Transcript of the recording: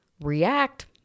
React